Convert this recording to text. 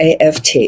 AFT